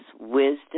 Wisdom